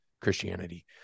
Christianity